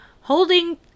holding